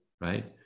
right